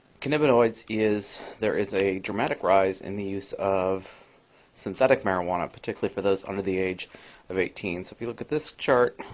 cannabinoids is there is a rise in the use of synthetic marijuana, particularly for those under the age of eighteen. so if you look at this chart,